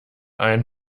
ein